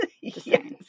Yes